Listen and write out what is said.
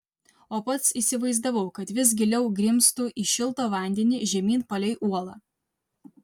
o pats įsivaizdavau kad vis giliau grimztu į šiltą vandenį žemyn palei uolą